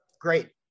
Great